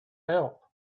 help